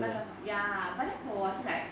那个什么 ya but then 我是 like